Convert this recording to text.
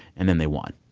and then they won.